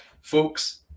Folks